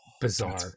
bizarre